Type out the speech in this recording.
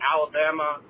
Alabama